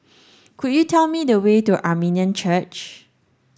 could you tell me the way to Armenian Church